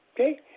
Okay